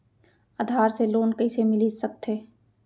आधार से लोन कइसे मिलिस सकथे?